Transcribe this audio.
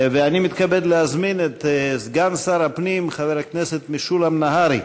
אני מתכבד להזמין את סגן שר הפנים חבר הכנסת משולם נהרי,